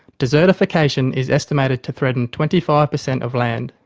desertification is estimated to threaten twenty five percent of land.